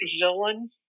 villain